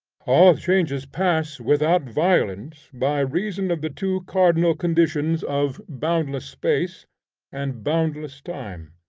all changes pass without violence, by reason of the two cardinal conditions of boundless space and boundless time.